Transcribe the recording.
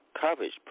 coverage